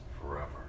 forever